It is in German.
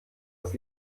das